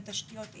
בתשתיות אינטרנט.